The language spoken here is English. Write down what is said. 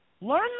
Learn